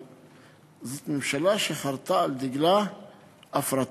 אבל זו ממשלה שחרתה על דגלה הפרטה.